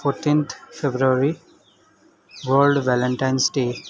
fourteenth February world Valentine's day